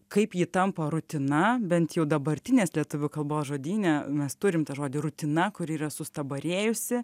kaip ji tampa rutina bent jau dabartinės lietuvių kalbos žodyne mes turim tą žodį rutina kuri yra sustabarėjusi